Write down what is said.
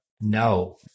No